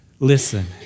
Listen